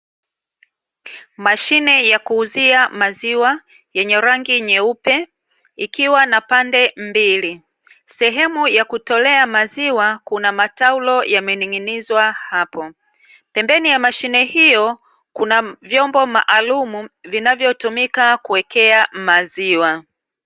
Mashine ya kuuzia maziwa yenye rangi nyeupe, ikiwa na pande mbili. Sehemu ya kutolea maziwa kuna mataulo yamening'inizwa hapo. Pembeni ya mashine hiyo, kuna vyombo maalumu, vinavyotumika kuwekea maziwa.